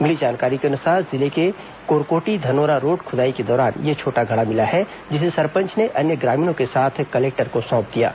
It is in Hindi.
मिली जानकारी के अनुसार जिले के कोरकोटी धनोरा रोड खुदाई के दौरान ये छोटा घड़ा मिला है जिसे सरपंच ने अन्य ग्रामीणों के साथ कलेक्टर को सौंप दिया है